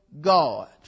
God